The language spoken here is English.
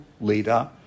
leader